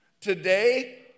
Today